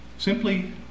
simply